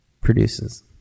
produces